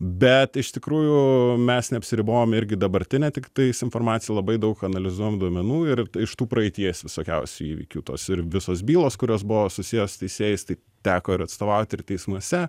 bet iš tikrųjų mes neapsiribojam irgi dabartine tiktais informacija labai daug analizuojam duomenų ir iš tų praeities visokiausių įvykių tos ir visos bylos kurios buvo susiję su teisėjais tai teko ir atstovaut ir teismuose